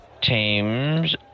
teams